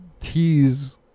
tease